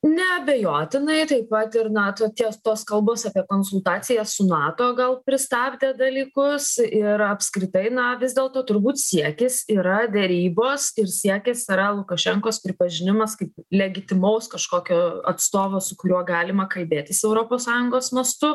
neabejotinai taip pat ir nato tie tos kalbos apie konsultacijas su nato gal pristabdė dalykus ir apskritai na vis dėlto turbūt siekis yra derybos ir siekis yra lukašenkos pripažinimas kaip legitimaus kažkokio atstovo su kuriuo galima kalbėtis europos sąjungos mastu